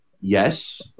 Yes